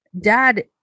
Dad